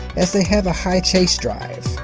as they have a high chase drive.